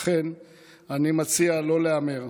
לכן אני מציע לא להמר,